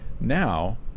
Now